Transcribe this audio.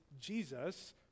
Jesus